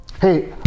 hey